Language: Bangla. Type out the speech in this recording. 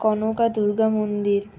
কনক দুর্গামন্দির